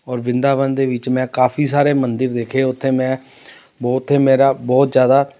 ਔਰ ਵ੍ਰਿੰਦਾਵਨ ਦੇ ਵਿੱਚ ਮੈਂ ਕਾਫ਼ੀ ਸਾਰੇ ਮੰਦਿਰ ਦੇਖੇ ਉੱਥੇ ਮੈਂ ਉੱਥੇ ਮੇਰਾ ਬਹੁਤ ਜ਼ਿਆਦਾ